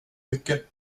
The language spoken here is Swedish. mycket